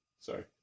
sorry